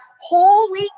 Holy